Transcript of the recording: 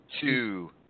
two